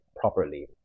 properly